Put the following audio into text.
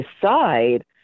decide